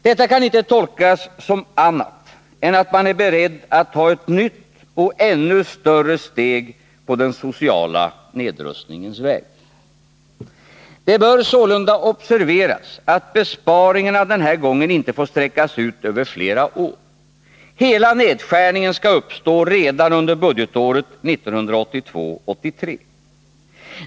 Detta kan inte tolkas som annat än att man är beredd att ta ett nytt och ännu större steg på den sociala nedrustningens väg. Det bör sålunda observeras att besparingarna den här gången inte får sträckas ut över flera år. Hela nedskärningen skall uppstå redan under budgetåret 1982/83.